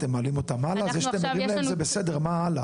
זה שאתם ערים להן זה בסדר, אבל מה הלאה?